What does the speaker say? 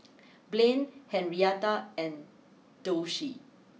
Blaine Henrietta and Dulcie